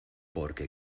porque